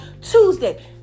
Tuesday